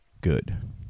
good